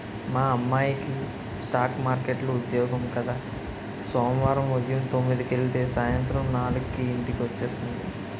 మా అమ్మాయికి స్ఠాక్ మార్కెట్లో ఉద్యోగం కద సోమవారం ఉదయం తొమ్మిదికెలితే సాయంత్రం నాలుక్కి ఇంటికి వచ్చేస్తుంది